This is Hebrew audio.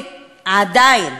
ועדיין